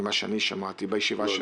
כך שמעתי בישיבה.